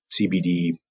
CBD